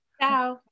ciao